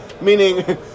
meaning